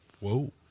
Whoa